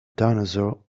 dinosaur